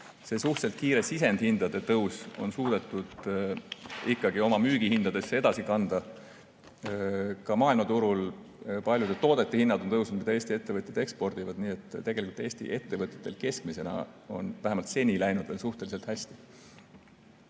see suhteliselt kiire sisendihindade tõus on suudetud ikkagi oma müügihindadesse edasi kanda. Ka maailmaturul on paljude nende toodete hinnad tõusnud, mida Eesti ettevõtjad ekspordivad. Nii et tegelikult Eesti ettevõtetel keskmisena on vähemalt seni läinud veel suhteliselt hästi.